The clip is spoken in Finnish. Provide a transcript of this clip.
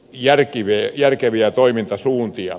yksin löydä järkeviä toimintasuuntia